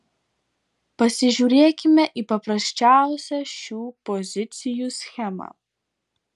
pasižiūrėkime į paprasčiausią šių pozicijų schemą